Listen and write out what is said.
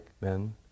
men